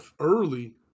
early